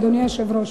אדוני היושב-ראש.